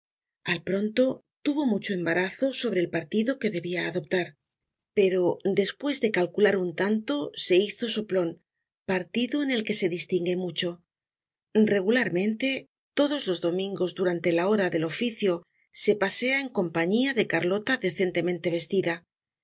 al pronto tuvo mucho embarazo sobre el partido que debia adoptar pero despues de calcular un tatito se hizo soplon partido en el que se distingue mucho regularmente todos los domingos durante la hora del oficio se pasea en compañía de carlota decentemente vestida